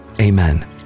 Amen